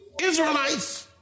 Israelites